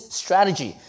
strategy